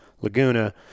Laguna